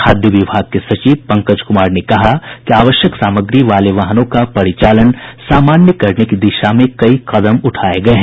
खाद्य विभाग के सचिव पंकज कुमार ने कहा कि आवश्यक सामग्री वाले वाहनों का परिचालन सामान्य करने की दिशा में कई कदम उठाये गये हैं